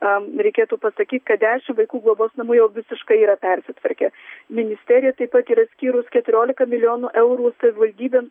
am reikėtų pasakyt kad dešim vaikų globos namų jau visiškai yra persitvarkę ministerija taip pat yra skyrus keturiolika milijonų eurų savivaldybėms